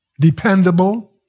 dependable